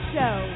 Show